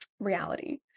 reality